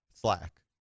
Slack